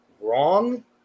wrong